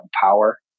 power